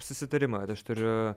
susitarimą kad aš turiu